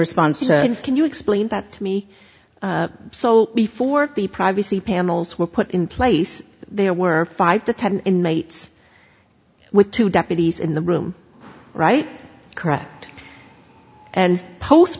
response to can you explain that to me so before the privacy panels were put in place there were five to ten inmates with two deputies in the room right correct and post